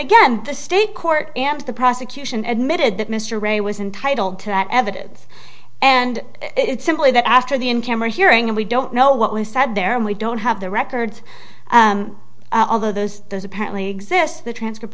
again the state court and the prosecution admitted that mr ray was entitle to evidence and it's simply that after the in camera hearing and we don't know what was said there and we don't have the records although those those apparently exist the transcript